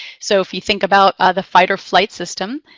so if you think about the fight or flight system,